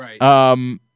Right